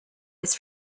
his